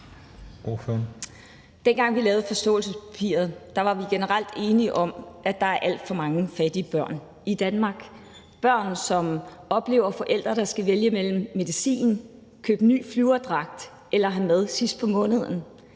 Dengang vi lavede forståelsespapiret, var vi generelt enige om, at der er alt for mange fattige børn i Danmark, børn, som oplever forældre, der skal vælge mellem at købe medicin, en ny flyverdragt eller have mad sidst på måneden.